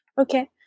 okay